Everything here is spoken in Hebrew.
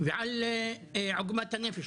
ועל עוגמת הנפש.